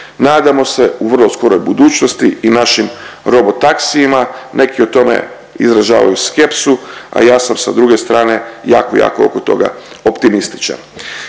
Nadamo se u vrlo skoroj budućnosti i našim robo taksijima, neki o tome izražavaju skepsu, a ja sam sa druge strane jako, jako oko toga optimističan.